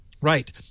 right